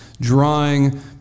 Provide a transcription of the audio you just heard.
drawing